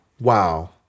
Wow